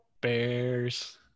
Bears